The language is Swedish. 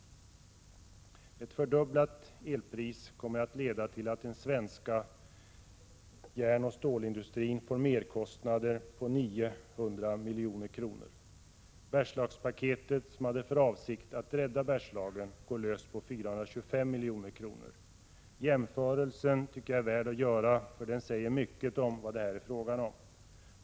Ett fördubblat elpris kommer att leda till att den svenska järnoch stålindustrin får merkostnader på 900 milj.kr. Bergslagspaketet, som var avsett att rädda Bergslagen, går löst på 425 milj.kr. Jämförelsen är värd att göra, för den säger mycket vad det är fråga om.